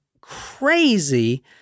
crazy